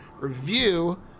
review